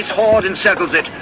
hoard encircles it,